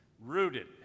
Rooted